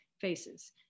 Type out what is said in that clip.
faces